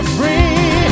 free